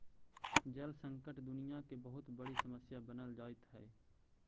जल संकट दुनियां के बहुत बड़ी समस्या बनल जाइत हई